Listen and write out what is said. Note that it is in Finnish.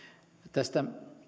tästä